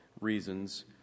reasons